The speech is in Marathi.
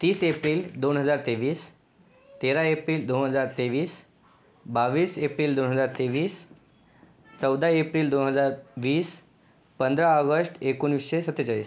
तीस एप्रिल दोन हजार तेवीस तेरा एप्रिल दोन हजार तेवीस बावीस एप्रिल दोन हजार तेवीस चौदा एप्रिल दोन हजार वीस पंधरा ऑगस्ट एकोणिसशे सत्तेचाळीस